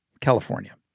California